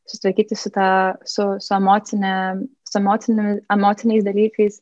susitvarkyti su ta su su emocine su emociniu emociniais dalykais